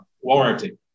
warranty